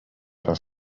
raz